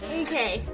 okay.